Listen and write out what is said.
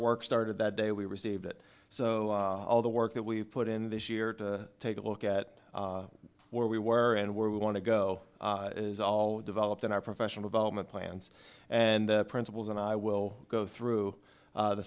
work started that day we received it so all the work that we put in this year to take a look at where we were and where we want to go is all developed in our professional development plans and principles and i will go through the th